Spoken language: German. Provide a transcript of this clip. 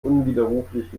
unwiderruflich